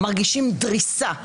אנחנו מרגישים דריסה.